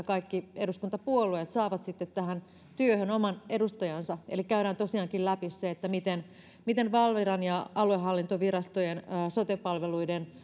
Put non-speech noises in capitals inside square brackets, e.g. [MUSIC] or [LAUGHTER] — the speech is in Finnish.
[UNINTELLIGIBLE] kaikki eduskuntapuolueet saavat tähän työhön oman edustajansa eli käydään tosiaankin läpi se miten miten valviran ja aluehallintovirastojen sote palveluiden [UNINTELLIGIBLE]